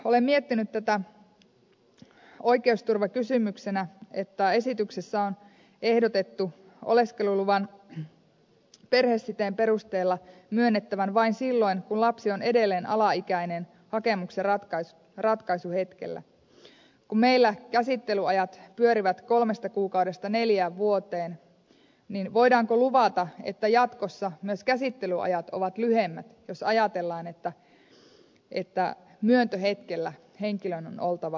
olen miettinyt tätä oikeusturvakysymyksenä koska esityksessä on ehdotettu oleskeluluvan perhesiteen perusteella myönnettävän vain silloin kun lapsi on edelleen alaikäinen hakemuksen ratkaisuhetkellä ja kun meillä käsittelyajat pyörivät kolmesta kuukaudesta neljään vuoteen niin voidaanko luvata että jatkossa myös käsittelyajat ovat lyhyemmät jos ajatellaan että myöntöhetkellä henkilön on oltava alaikäinen